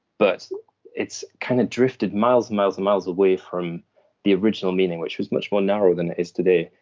but it's kind of drifted miles and miles and miles away from the original meaning which was much more narrow than it is today.